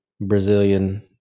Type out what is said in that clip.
Brazilian